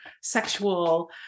sexual